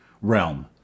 Realm